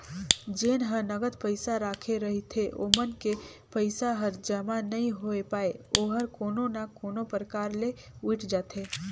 जेन ह नगद पइसा राखे रहिथे ओमन के पइसा हर जमा नइ होए पाये ओहर कोनो ना कोनो परकार ले उइठ जाथे